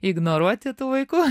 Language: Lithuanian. ignoruoti tų vaikų